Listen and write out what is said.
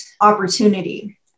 opportunity